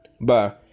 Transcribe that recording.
Bye